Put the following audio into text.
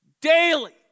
daily